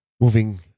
moving